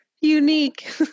Unique